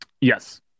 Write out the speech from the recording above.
Yes